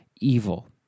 evil